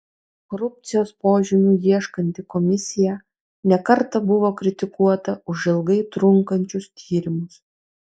korupcijos požymių ieškanti komisija ne kartą buvo kritikuota už ilgai trunkančius tyrimus